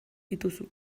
dituzu